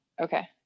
Okay